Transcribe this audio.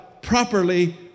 properly